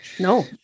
No